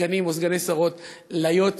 סגני שרים או שרות,